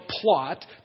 plot